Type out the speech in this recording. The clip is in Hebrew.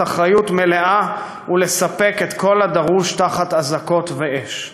אחריות מלאה ולספק את כל הדרוש תחת אזעקות ואש.